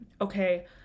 okay